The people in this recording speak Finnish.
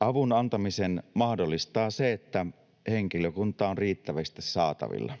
Avun antamisen mahdollistaa se, että henkilökuntaa on riittävästi saatavilla.